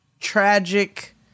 tragic